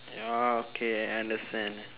ya okay I understand